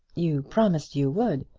you promised you would.